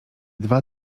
dwa